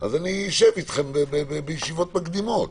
אשב אתכם בישיבות מקדימות.